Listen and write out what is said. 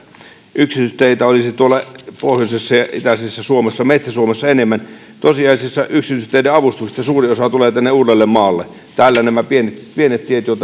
yksityisteitä olisi pohjoisessa ja ja itäisessä suomessa metsä suomessa enemmän tosiasiassa yksityisteiden avustuksista suurin osa tulee tänne uudellemaalle täällä nämä pienet pienet tiet